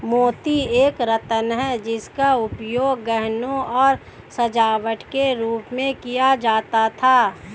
मोती एक रत्न है जिसका उपयोग गहनों और सजावट के रूप में किया जाता था